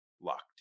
locked